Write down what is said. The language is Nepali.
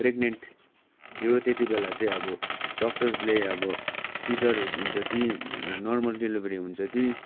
प्रेग्नेन्ट थियो त्यति बेला चाहिँ अब डक्टर्सले अब सिजर हुन्छ कि नर्मल डेलिभरी हुन्छ कि